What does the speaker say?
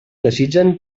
desitgen